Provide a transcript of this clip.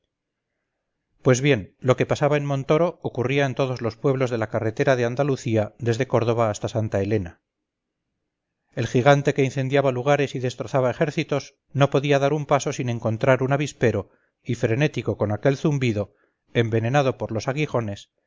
pues bien lo que pasaba en montoro ocurría en todos los pueblos de la carretera de andalucía desde córdoba hasta santa elena el gigante que incendiaba lugares y destrozaba ejércitos no podía dar un paso sin encontrar un avispero y frenético con aquel zumbido envenenado por los aguijones